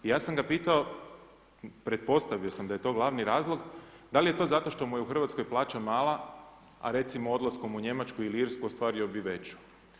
Ja sam ga pitao, pretpostavio sam da je to glavni razlog, da li je to zato što mu je u RH plaća mala, a recimo odlaskom u Njemačku ili Irsku, ostvario bi veću.